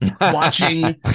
watching